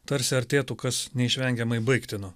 tarsi artėtų kas neišvengiamai baigtino